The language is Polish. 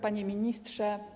Panie Ministrze!